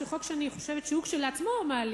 שהוא חוק שאני חושבת שהוא לעצמו מעליב,